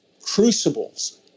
crucibles